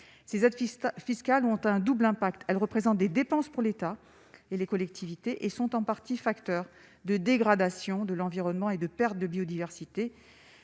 ces assistants fiscales ont un double impact, elle représente des dépenses pour l'État et les collectivités, et sont en partie facteur de dégradation de l'environnement et de perte de biodiversité